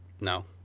No